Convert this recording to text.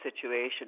situation